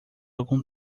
algum